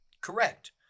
Correct